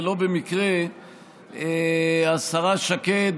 ולא במקרה השרה שקד,